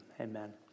Amen